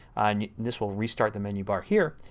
this will restart the menu bar here.